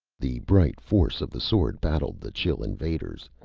the bright force of the sword battled the chill invaders,